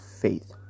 faith